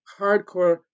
hardcore